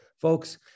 Folks